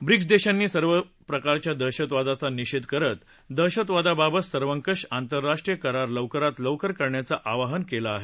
BRICS देशांनी सर्व प्रकारच्या दहशतवादाचा निषेध करत दहशतवादाबाबत सर्वकष आंतरराष्ट्रीय करार लवकरात लवकर करण्याचं आवाहन केलं आहे